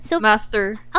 Master